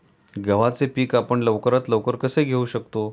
गव्हाचे पीक आपण लवकरात लवकर कसे घेऊ शकतो?